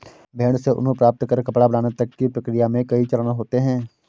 भेड़ से ऊन प्राप्त कर कपड़ा बनाने तक की प्रक्रिया में कई चरण होते हैं